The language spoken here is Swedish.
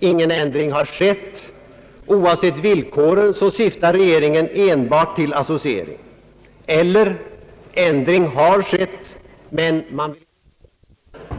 ingen ändring har skett — oavsett villkoren syftar regeringen enbart till associering. Eller: ändring har skett, men man vill inte erkänna detta.